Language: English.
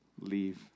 leave